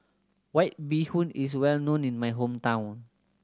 White Bee Hoon is well known in my hometown